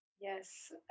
yes